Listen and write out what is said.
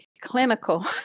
clinical